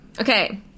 Okay